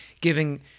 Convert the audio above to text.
giving